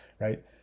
right